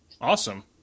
Awesome